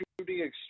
shooting